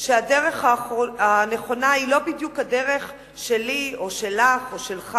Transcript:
שהדרך הנכונה היא לא בדיוק הדרך שלי או שלך או שלך.